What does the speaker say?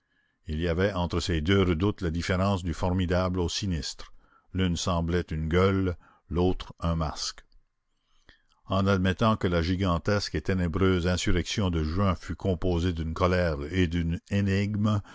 il y avait entre ces deux redoutes la différence du formidable au sinistre l'une semblait une gueule l'autre un masque en admettant que la gigantesque et ténébreuse insurrection de juin fût composée d'une colère et d'une énigme